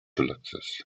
collectors